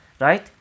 Right